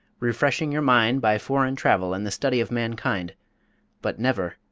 refreshing your mind by foreign travel and the study of mankind but never,